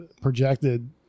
projected